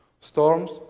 storms